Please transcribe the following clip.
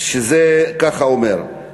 שזה ככה הוא אומר: